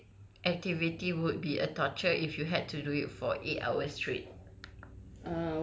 what everyday activity would be a torture if you had to do it for eight hours straight